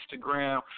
Instagram